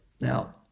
Now